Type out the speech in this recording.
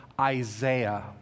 Isaiah